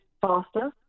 faster